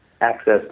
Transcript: access